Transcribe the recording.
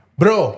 bro